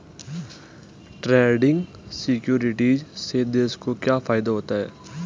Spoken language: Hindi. ट्रेडिंग सिक्योरिटीज़ से देश को क्या फायदा होता है?